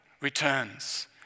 returns